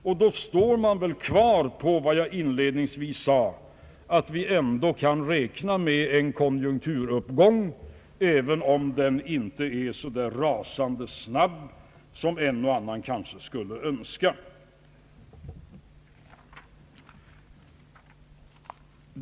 Då kvarstår ju, som jag inledningsvis sade, att vi ändå kan räkna med en konjunkturuppgång, även om den inte blir så snabb som en och annan kanske skulle kunna önska.